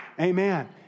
Amen